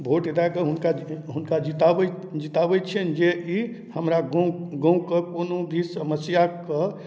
vote दै कऽ हुनका हुनका जिताबैत जिताबैत छिअनि जे ई हमरा गाँव गाँव कऽ कोनो भी समस्या कऽ